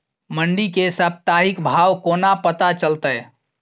मंडी केँ साप्ताहिक भाव कोना पत्ता चलतै?